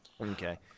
okay